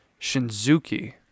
Shinzuki